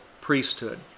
priesthood